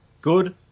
Good